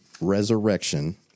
resurrection